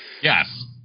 yes